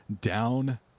down